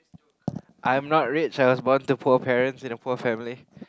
I'm not rich I was born to poor parents in a poor family